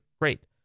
Great